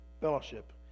Fellowship